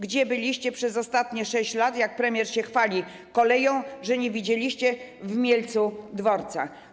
Gdzie byliście przez ostatnie 6 lat, jak premier się chwali koleją, że nie widzieliście w Mielcu dworca?